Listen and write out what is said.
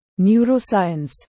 neuroscience